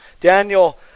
Daniel